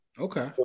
Okay